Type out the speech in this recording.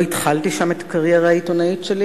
לא התחלתי שם את הקריירה העיתונאית שלי